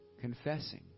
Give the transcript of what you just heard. confessing